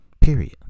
Period